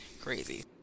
crazy